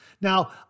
Now